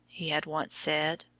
he had once said.